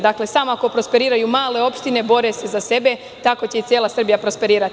Dakle, samo ako prosperiraju male opštine, bore se za sebe, tako će i cela Srbija prosperirati.